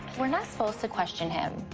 we're not supposed to question him.